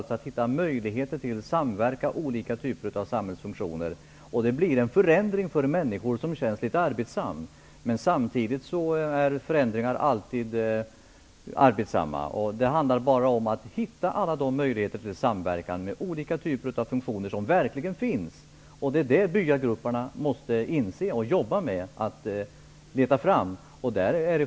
Det går att hitta möjligheter till samverkan med olika samhällsfunktioner. Det kommer att bli en förändring för människor, som kan kännas litet arbetsam. Men förändringar är alltid arbetssamma. Det handlar bara om att hitta alla de möjligheter till samverkan som verkligen finns. Detta måste byagrupperna inse och jobba med.